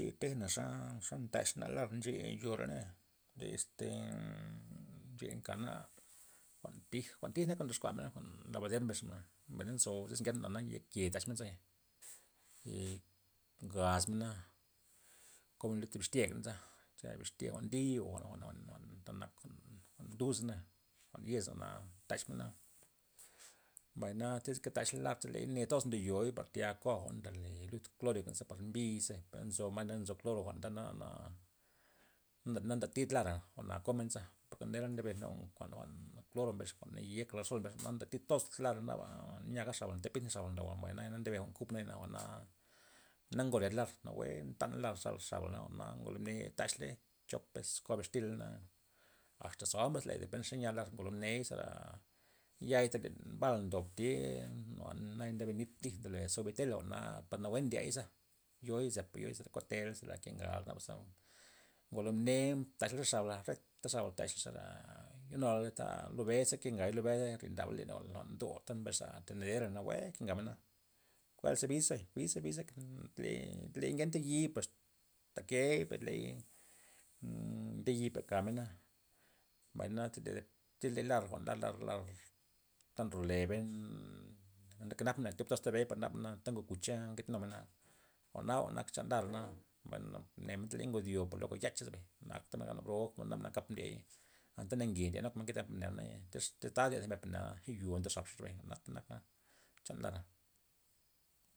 Nche tejna xa- xa ndaxna lar nche yore'na, le este ncheya nkana jwa'n tij jwa'n tijnak ndoxkuamena jwa'n labader mbes xana mbay na nzo iz ngenta jwa'na yek ke taxmena zebay, ngasmena komen lud bixtya' key neyza cha bixtya jwa'n ndi' o jwa'n- jwa'n ta nak jwa'n nduza jwa'n yeza jwa'na ndaxmena, mbay na tyz nke taxla lar cheley ne toz ndo yoi' par tayal ko'a jwa'n ndole lud kloro yekney ze par mbiyze per nzo na nzo kloro jwa'nta na- na na- nantatida lara jwa'na komenza porke nera ndebe jwa'n- jwa'n kloro mbesxa jwa'n naye' klara sol mbes xa na natatid toza lar naba nyaga nya xab'la nata pint nya xab'la jwa'na. mbay naya ndebe jwa'n kub naya jwa'na na ngoleda lar nawue ntana lar xa- xabna jwa'na ngolo mne mdaxla lar taxley chopes ko'a bixtila', asta zon bes le depen ze nya lar ngolo mne ney zera ya'ita len bal ndob tya naya nde nit ndole suabitela jwa'na par nawue ndyeza, yoi' zepa yo'i zera koteley zera nke ngay nabaza ngolo mne mdaxla re xab'la re ta xab'la zera ye' nualey lo be ze key nkengay lo be ze rindab ley lo jwa'n lo do mbes xa tenderera nawue kengamena. kuedla ze biza biza biza ley- ley ngenta yi per ta key per lud iz nde yi per kamena mbay na tyz- tyz de lar jwa'n lar- lar ta nryolebey kenap mena na tyob toxtey me par nabana anta ngok gucha nketenumena jwa'na jwa'n nak chan larna mbayna mnen tyz ley ngod yo'i luego yacha ze bay na akta men bro gok mena naba kap ndiey anta na nge ndye naba nkete mne tyz ta ndye thi mena yo ndo xabxa, bay jwa'nata nak chan lara.